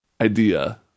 idea